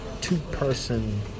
two-person